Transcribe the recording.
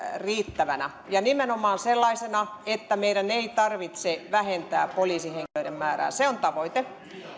riittävänä ja nimenomaan sellaisena että meidän ei tarvitse vähentää poliisihenkilöiden määrää se on tavoite